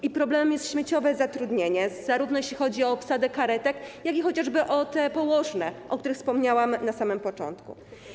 I problemem jest śmieciowe zatrudnienie, zarówno jeśli chodzi o obsadę karetek, jak i chociażby o te położne, o których wspomniałam na samym początku.